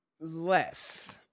Less